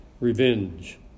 revenge